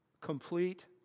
Complete